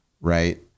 right